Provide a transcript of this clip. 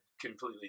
Completely